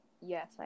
yes